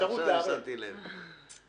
עכשיו אני שמתי לב.